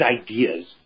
ideas